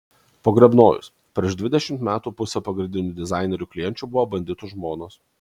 pogrebnojus prieš dvidešimt metų pusė pagrindinių dizainerių klienčių buvo banditų žmonos